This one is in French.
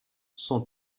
sont